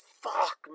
fuck